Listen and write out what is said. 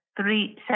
three